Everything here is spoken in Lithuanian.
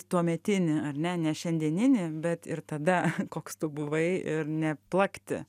tuometinį ar ne ne šiandieninį bet ir tada koks tu buvai ir neplakti